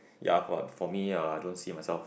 ya for for me I don't see myself